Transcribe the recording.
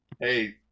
hey